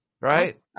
Right